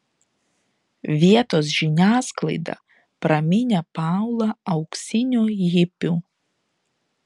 vietos žiniasklaida praminė paulą auksiniu hipiu